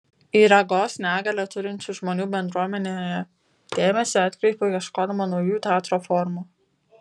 į regos negalią turinčių žmonių bendruomenę dėmesį atkreipiau ieškodama naujų teatro formų